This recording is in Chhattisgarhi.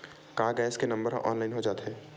का गैस के नंबर ह ऑनलाइन हो जाथे?